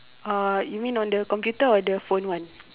uh you mean on the computer or on the phone one